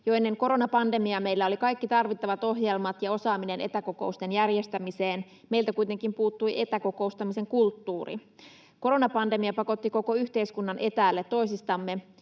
Jo ennen koronapandemiaa meillä oli kaikki tarvittavat ohjelmat ja osaaminen etäkokousten järjestämiseen. Meiltä kuitenkin puuttui etäkokoustamisen kulttuuri. Koronapandemia pakotti koko yhteiskunnan etäälle toisistamme,